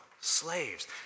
slaves